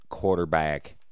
Quarterback